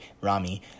Rami